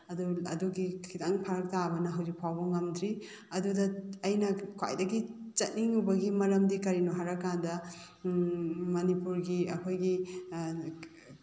ꯑꯗꯨ ꯑꯗꯨꯒꯤ ꯈꯤꯇꯪ ꯐꯔꯛ ꯇꯥꯕꯅ ꯍꯧꯖꯤꯛ ꯐꯥꯎꯕ ꯉꯝꯗ꯭ꯔꯤ ꯑꯗꯨꯗ ꯑꯩꯅ ꯈ꯭ꯋꯥꯏꯗꯒꯤ ꯆꯠꯅꯤꯡꯉꯨꯕꯒꯤ ꯃꯔꯝꯗꯤ ꯀꯔꯤꯅꯣ ꯍꯥꯏꯔꯀꯥꯟꯗ ꯃꯅꯤꯄꯨꯔꯒꯤ ꯑꯩꯈꯣꯏꯒꯤ